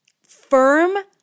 firm